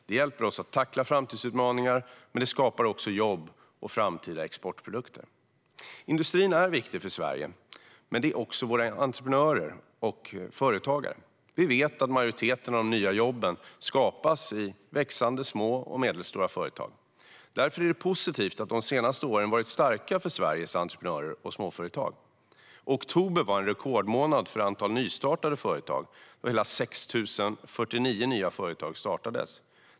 Det hjälper oss att tackla framtidsutmaningar, men det skapar också jobb och framtida exportprodukter. Industrin är viktig för Sverige, men det är också våra entreprenörer och företagare. Vi vet att majoriteten av de nya jobben skapas i växande små och medelstora företag. Därför är det positivt att de senaste åren varit starka för Sveriges entreprenörer och småföretag. Oktober var en rekordmånad för antalet nystartade företag; hela 6 049 nya företag startades.